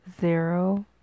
zero